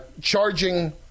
charging